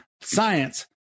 science